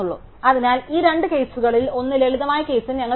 അതിനാൽ ഈ രണ്ട് കേസുകളിൽ ഒന്ന് ലളിതമായ കേസിൽ ഞങ്ങൾ തിരിച്ചെത്തി